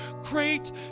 great